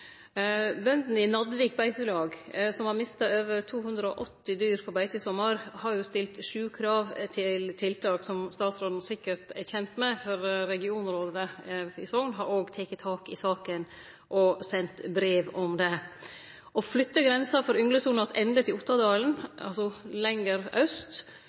Bøndene i Naddvik beitelag, som har mist over 280 dyr på beite i sommar, har stilt sju krav til tiltak som statsråden sikkert er kjent med, for Sogn regionråd har òg teke tak i saka og sendt brev om det: å flytte grensa for ynglesona attende til Ottadalen, altså lenger aust,